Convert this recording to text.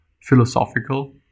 philosophical